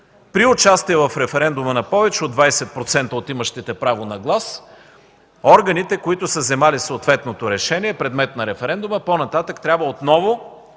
при участие в референдума на повече от 20% от имащите право на глас, органите, които са взели съответното решение – предмет на референдума, по-нататък трябва отново